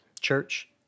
Church